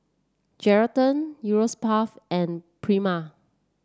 Geraldton Europace and Prima